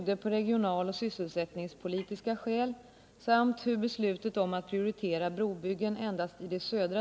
Det är därför angeläget, framhöll han, att broarna kan byggas snarast möjligt.